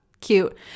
cute